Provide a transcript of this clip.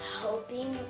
helping